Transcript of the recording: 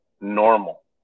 normal